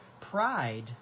Pride